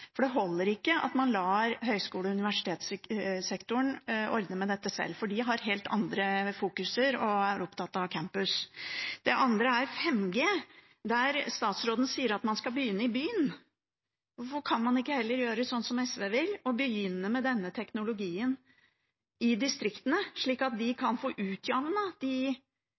Det holder ikke at man lar høyskole- og universitetssektoren ordne med dette selv, for de fokuserer på helt andre ting og er opptatt av campus. Det andre er 5G, der statsråden sier man skal begynne i byene. Hvorfor kan man ikke heller gjøre slik SV vil, og begynne med denne teknologien i distriktene, slik at de kan få utjevnet de